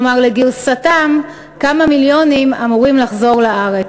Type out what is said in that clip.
כלומר לגרסתם, כמה מיליונים אמורים לחזור לארץ.